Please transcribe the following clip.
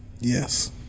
Yes